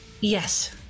Yes